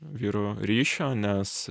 vyru ryšio nes